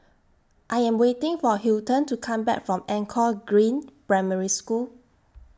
I Am waiting For Hilton to Come Back from Anchor Green Primary School